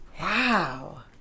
Wow